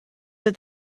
that